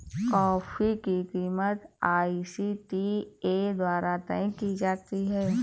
coffee की कीमत ICTA द्वारा तय की जाती है